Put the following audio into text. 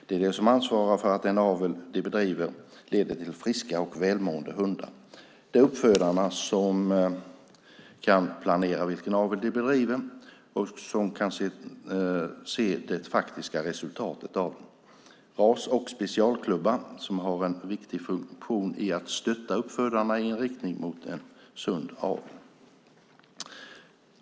Det är de som ansvarar för att den avel de bedriver leder till friska och välmående hundar. Det är uppfödarna som kan planera vilken avel de bedriver och som kan se det faktiska resultatet av den. Ras och specialklubbar har en viktig funktion i att stötta uppfödarna i riktning mot en sund avel.